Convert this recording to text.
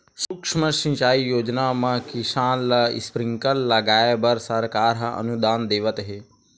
सुक्ष्म सिंचई योजना म किसान ल स्प्रिंकल लगाए बर सरकार ह अनुदान देवत हे